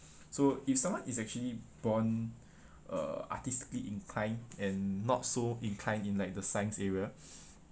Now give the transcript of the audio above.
so if someone is actually born uh artistically inclined and not so inclined in like the science area